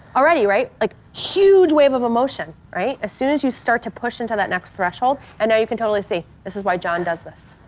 already right, like huge wave of emotion, right? as soon as you start to push into that next threshold and now you can totally see this is why john does this.